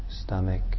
stomach